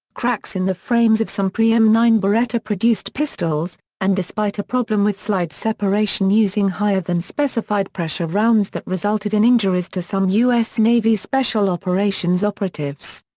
cracks in the frames of some pre m nine beretta-produced pistols, and despite a problem with slide separation using higher-than-specified-pressure rounds that resulted in injuries to some u s. navy special operations operatives.